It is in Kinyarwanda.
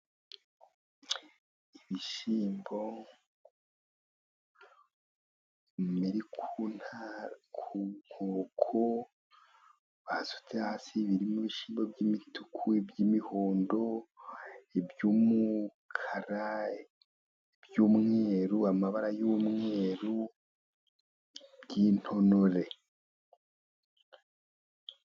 Ibishyimbo biri ku nkoko basute hasi, biririmo bishyimbo by'imituku, iby'imihondo, iy'umukara, iby'umweru, amabara y'umweru by'intonore.